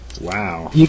Wow